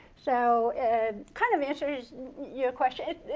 so kind of answers your question.